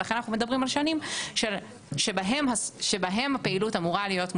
לכן אנחנו מדברים על שנים שבהן הפעילות אמורה להיות מוסטת.